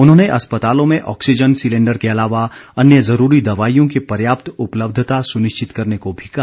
उन्होंने अस्पतालों में ऑक्सीजन सिलेंडर के अलावा अन्य जरूरी दवाईयों की पर्याप्त उपलब्धता सुनिश्चित करने को भी कहा